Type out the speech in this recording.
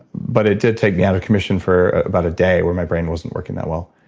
but it did take me out of commission for about a day where my brain wasn't working that well.